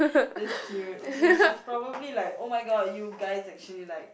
that's cute she she's probably like oh-my-god you guys actually like